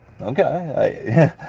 okay